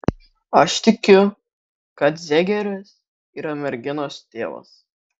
aš tikiu kad zegeris yra merginos tėvas